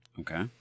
Okay